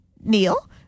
Neil